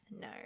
no